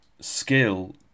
skill